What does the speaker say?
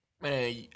Man